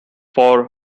for